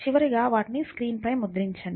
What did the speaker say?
చివరగా వాటిని స్క్రీన్ పై ముద్రించండి